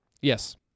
Yes